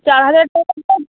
চার হাজার টাকারটা